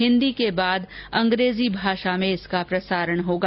हिन्दी के बाद अंग्रेजी भाषा में इसका प्रसारण होगा